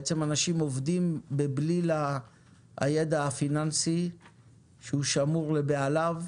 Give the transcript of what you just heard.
אנשים עובדים בבליל הידע הפיננסי שהוא שמור לבעליו.